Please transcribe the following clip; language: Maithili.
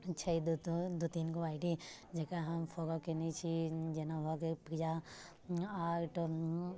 छै दू दू दू तीनगो आइ डी जेकरा हम फोलो कयने छी जेना भऽ गेल प्रिया आर्ट